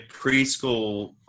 preschool